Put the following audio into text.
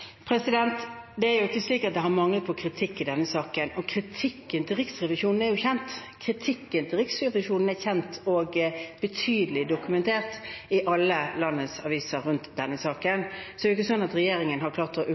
Det er ikke slik at det har manglet på kritikk i denne saken, og kritikken til Riksrevisjonen er jo kjent. Kritikken til Riksrevisjonen er kjent og betydelig dokumentert i alle landets aviser i denne saken, så det er jo ikke sånn at regjeringen har klart å